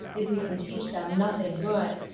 if we can teach them nothing good.